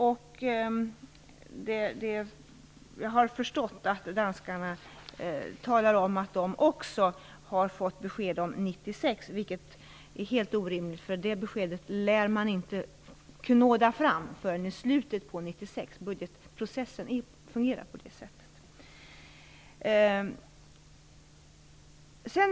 Jag har förstått att danskarna talar om att de också har fått besked inför 1996, vilket är helt orimligt. Det beskedet lär man nämligen inte kunna knåda fram förrän i slutet på 1996. Budgetprocessen fungerar på det sättet.